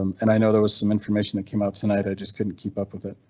and i know there was some information that came out tonight. i just couldn't keep up with it.